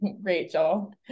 rachel